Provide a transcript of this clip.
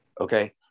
okay